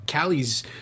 Callie's